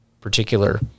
particular